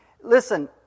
Listen